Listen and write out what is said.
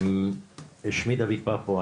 שמי דויד פפו,